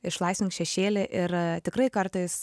išlaisvink šešėlį ir tikrai kartais